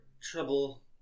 trouble